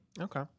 Okay